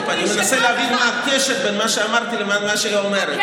אבל אני לא מצליח להבין מה הקשר בין מה שאת אומרת למה שאמרתי --- זאב,